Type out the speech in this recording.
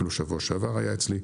אפילו בשבוע שעבר היה אצלי,